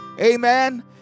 Amen